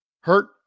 hurt